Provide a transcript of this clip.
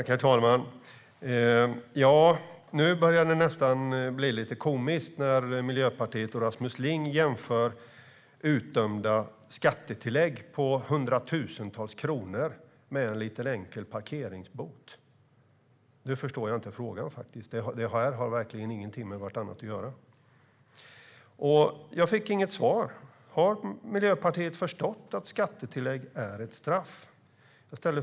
Herr talman! Det börjar nästan bli lite komiskt när Miljöpartiet och Rasmus Ling jämför utdömda skattetillägg på hundratusentals kronor med en enkel parkeringsbot. Jag förstår faktiskt inte frågan. De har verkligen ingenting med varandra att göra. Jag fick inget svar, så jag ställer frågan igen. Har Miljöpartiet förstått att skattetillägg är ett straff?